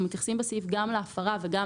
אנחנו מתייחסים בסעיף גם להפרה וגם